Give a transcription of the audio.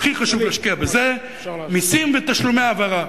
הכי חשוב להשקיע בזה, מסים ותשלומי העברה.